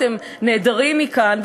אתם נעדרים מכאן,